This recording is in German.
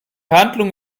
handlung